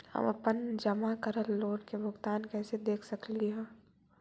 हम अपन जमा करल लोन के भुगतान कैसे देख सकली हे?